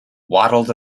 waddled